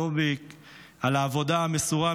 לוביק על העבודה המסורה,